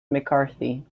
mccarthy